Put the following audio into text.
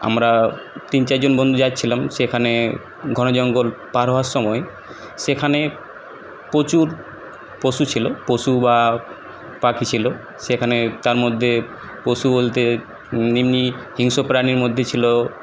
আমরা তিন চার জন বন্ধু যাচ্ছিলাম সেখানে ঘন জঙ্গল পার হওয়ার সময় সেখানে প্রচুর পশু ছিল পশু বা পাখি ছিল সেখানে তার মধ্যে পশু বলতে এমনি হিংস্র প্রাণীর মধ্যে ছিল